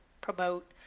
promote